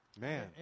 Man